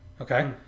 okay